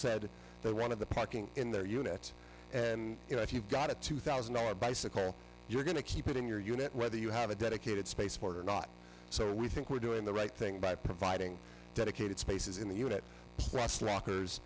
said they were one of the parking in their unit and you know if you've got a two thousand dollar bicycle you're going to keep it in your unit whether you have a dedicated space part or not so we think we're doing the right thing by providing dedicated spaces in the unit plus lockers